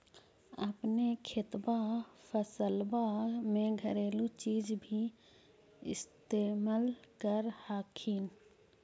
अपने खेतबा फसल्बा मे घरेलू चीज भी इस्तेमल कर हखिन?